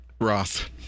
Roth